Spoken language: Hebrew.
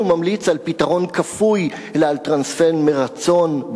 ממליץ על פתרון כפוי אלא על טרנספר מרצון,